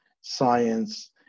science